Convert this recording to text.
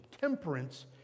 Temperance